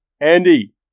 Andy